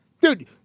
Dude